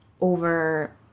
over